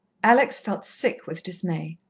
alex felt sick with dismay.